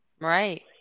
Right